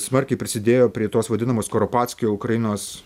smarkiai prisidėjo prie tos vadinamos koropackio ukrainos